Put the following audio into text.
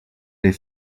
les